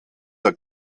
der